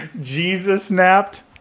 Jesus-napped